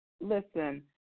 Listen